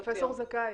פרופ' זכאי,